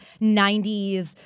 90s